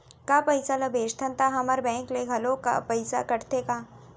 का पइसा ला भेजथन त हमर बैंक ले घलो पइसा कटथे का?